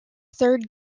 third